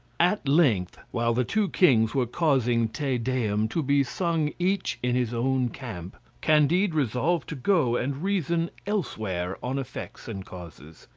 at length, while the two kings were causing te deum to be sung each in his own camp, candide resolved to go and reason elsewhere on effects and causes.